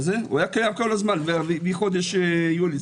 קיים מחודש יולי,